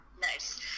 Nice